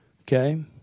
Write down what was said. okay